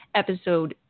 episode